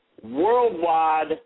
Worldwide